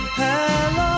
hello